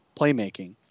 playmaking